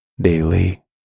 daily